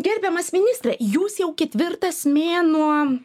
gerbiamas ministre jūs jau ketvirtas mėnuo